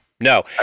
no